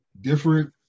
different